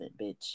bitch